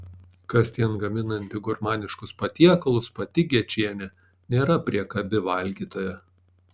kasdien gaminanti gurmaniškus patiekalus pati gečienė nėra priekabi valgytoja